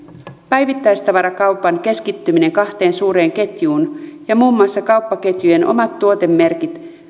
päivittäistavarakaupan keskittyminen kahteen suureen ketjuun ja muun muassa kauppaketjujen omat tuotemerkit